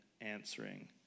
answering